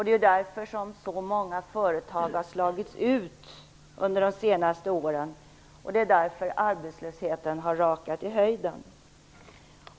Det är därför som så många företag har slagits ut under de senaste åren och arbetslösheten har rakat i höjden.